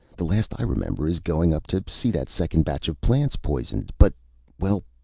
the last i remember is going up to see that second batch of plants poisoned. but well,